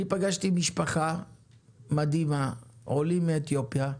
פגשתי משפחה מדהימה, עולים מאתיופיה,